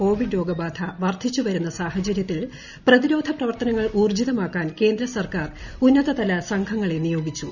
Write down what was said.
Covid രോഗബാധ്യ പ്പ്ർദ്ധിച്ചു വരുന്ന സാഹചര്യത്തിൽ പ്രതിരോധപ്രവർത്തുന്നുങ്ങൾ ഉൌർജ്ജിതമാക്കാൻ കേന്ദ്രസർക്കാർ ഉന്നതതല സംഘങ്ങള്ളംനിയോഗിച്ചു